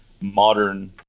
modern